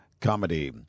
comedy